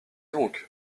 donc